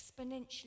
Exponentially